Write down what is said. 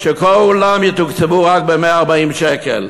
שכולם יתוקצבו רק ב-140 שקל.